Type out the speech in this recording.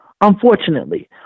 Unfortunately